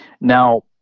now